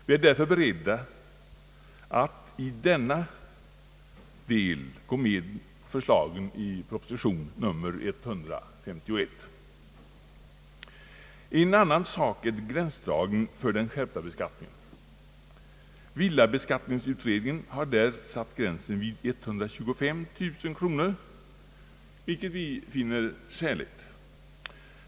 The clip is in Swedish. Vi är därför beredda att i denna del gå med på förslagen i proposition nr 151. En annan sak är gränsdragningen för den skärpta beskattningen. Villabeskattningsutredningen har där satt gränsen vid 123000 kronor, vilket vi finner skäligt.